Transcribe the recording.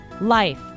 life